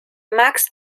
max